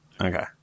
Okay